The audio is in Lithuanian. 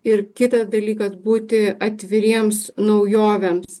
ir kitas dalykas būti atviriems naujovėms